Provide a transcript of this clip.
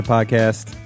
Podcast